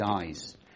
eyes